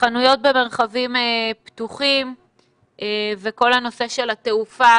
חנויות במרחבים פתוחים וכל הנושא של התעופה,